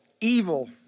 evil